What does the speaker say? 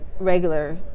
Regular